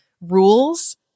rules